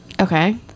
Okay